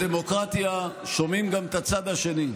בדמוקרטיה שומעים גם את הצד השני.